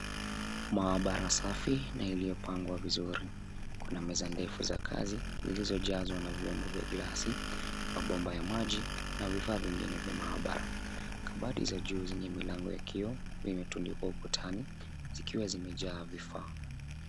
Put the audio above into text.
Maabara safi na iliyopangwa vizuri, kuna meza ndefu za kazi zilizojazwa na vyombo vya glasi, mabomba ya maji na vifaa vingine vya maabara. Kabati za juu zenye milango ya kioo imetundikwa ukutani zikiwa zimejaa vifaa.